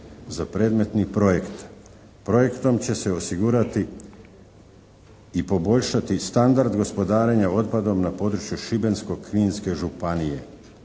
za predmetni projekt. Projektom će se osigurati i poboljšati standard gospodarenja otpadom na području Šibensko-Kninske županije.